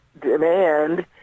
demand